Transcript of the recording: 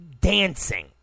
dancing